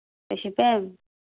ꯑꯁꯤꯇꯦꯟ